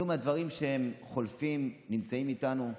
אלו מהדברים שהם חולפים, נמצאים איתנו.